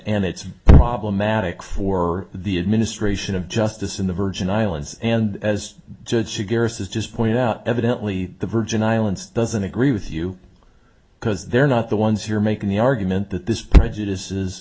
and it's problematic for the administration of justice in the virgin islands and as judge she garrus is just point out evidently the virgin islands doesn't agree with you because they're not the ones who are making the argument that this prejudices